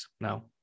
now